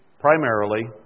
primarily